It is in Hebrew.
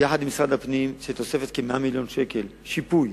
יחד עם משרד הפנים לתוספת של כ-100 מיליון שקלים שיפוי